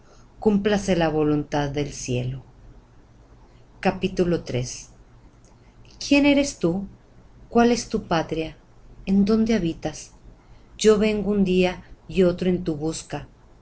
cúmplase la voluntad del cielo quién eres tú cuál es tu patria en dónde habitas yo vengo un día y otro en tu busca